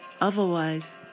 Otherwise